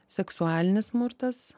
seksualinis smurtas